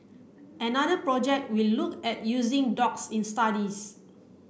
another project will look at using dogs in studies